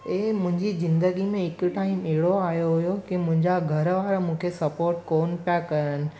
ऐं मुंहिंजी ज़िंदगी में हिकु टाइम अहिड़ो आयो हुयो की मुंहिंजा घरु वारा मूंखे सपॉट कोन पिया करनि